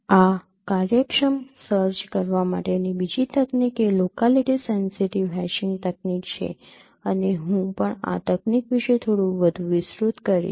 આ કાર્યક્ષમ સર્ચ કરવા માટેની બીજી તકનીક એ લોકાલીટી સેન્સિટિવ હેશીંગ તકનીક છે અને હું પણ આ તકનીક વિશે થોડું વધુ વિસ્તૃત કરીશ